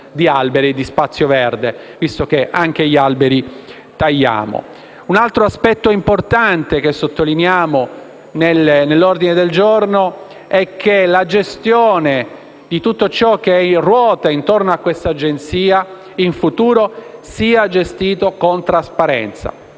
Un altro aspetto importante che sottolineiamo nell'ordine del giorno è che la gestione di tutto ciò che ruota intorno a quest'Agenzia in futuro avvenga con trasparenza.